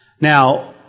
Now